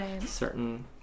certain